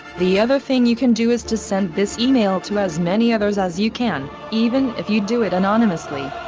the other thing you can do is to send this email to as many others as you can, even if you do it anonymously.